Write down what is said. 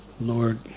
Lord